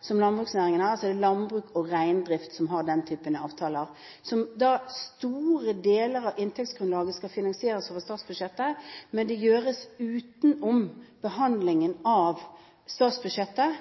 som landbruksnæringen har – landbruk og reindrift har den typen avtaler – der store deler av inntektsgrunnlaget skal finansieres over statsbudsjettet. Men det gjøres utenom behandlingen av statsbudsjettet,